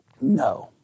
No